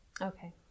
Okay